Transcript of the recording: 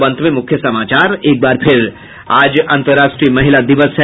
और अब अंत में मुख्य समाचार आज अंतर्राष्ट्रीय महिला दिवस है